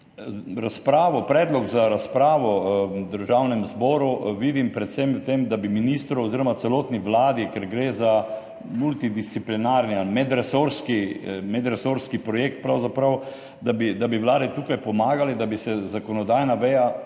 Predlog za razpravo v Državnem zboru vidim predvsem v tem, da bi ministru oziroma celotni vladi, ker gre za multidisciplinarni, pravzaprav medresorski projekt, da bi vladi tukaj pomagali, da bi se zakonodajna veja